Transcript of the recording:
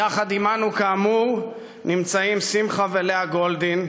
יחד עמנו, כאמור, נמצאים שמחה ולאה גולדין.